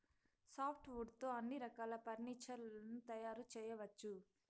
soft wood తో అన్ని రకాల ఫర్నీచర్ లను తయారు చేయవచ్చు